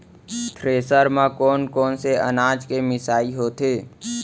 Thresher म कोन कोन से अनाज के मिसाई होथे?